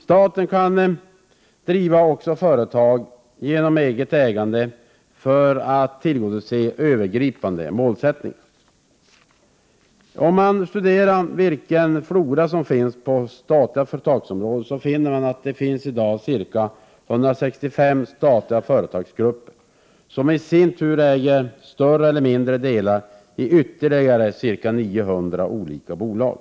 Staten kan också driva företag genom eget ägande för att uppnå övergripande mål. Om man studerar den flora av företag som finns på det statliga området finner man att det i dag finns ca 165 statliga företagsgrupper, som i sin tur äger större eller mindre delar i ytterligare ca 900 olika bolag.